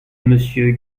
monsieur